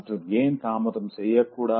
மற்றும் ஏன் தாமதம் செய்யக்கூடாது